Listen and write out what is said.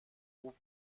خوب